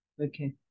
Okay